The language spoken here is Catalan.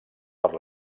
per